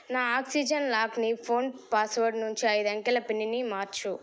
నా ఆక్సిజెన్ లాక్ని phone password నుంచి ఐదు అంకెల పిన్ని మార్చు